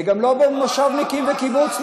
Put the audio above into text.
זה גם לא בין מושבניקים לקיבוצניקים.